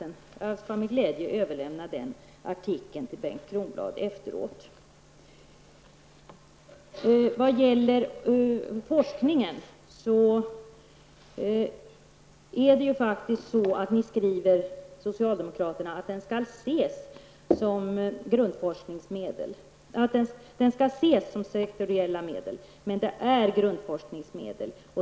Jag skall med glädje lämna över artikeln till Bengt När det gäller forskningen skriver socialdemokraterna att den skall ses som sektoriella medel. Men det är grundforskningsmedel.